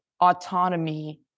Autonomy